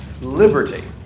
liberty